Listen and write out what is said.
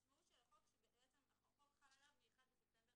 המשמעות של החוק היא בעצם שהחוק חל עליו מ-1 בספטמבר,